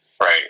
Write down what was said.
Right